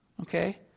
Okay